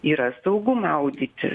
yra saugu maudytis